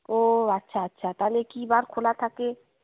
ও আচ্ছা আচ্ছা তাহলে কি বার খোলা থাকে